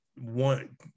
one